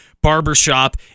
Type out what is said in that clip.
barbershop